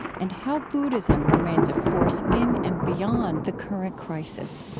and how buddhism remains a force in and beyond the current crisis